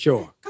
Sure